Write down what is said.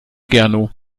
gernot